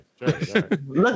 look